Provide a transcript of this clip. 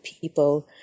people